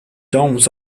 domes